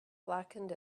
blackened